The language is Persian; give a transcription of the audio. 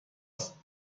است